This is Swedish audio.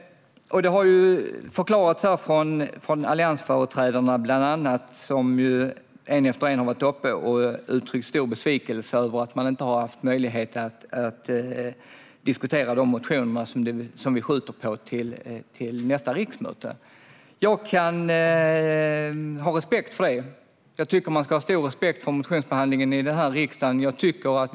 Alliansföreträdarna har en efter en varit uppe i talarstolen och uttryckt stor besvikelse över att inte få möjlighet att diskutera de motioner som vi skjuter på till nästa riksmöte. Jag har respekt för det. Man ska ha stor respekt för motionsbehandlingen i riksdagen.